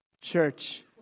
Church